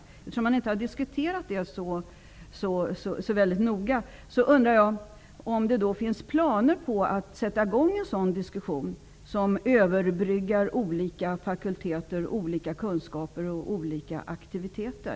Eftersom den frågan inte har diskuterats så väldigt noga undrar jag om det finns några planer på att sätta i gång en sådan diskussion som överbryggar olika fakulteter, olika kunskaper och olika aktiviteter.